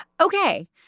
Okay